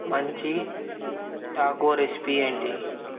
మంచి taco recipe ఏంటి